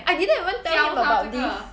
I didn't even tell him about this